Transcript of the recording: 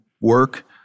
work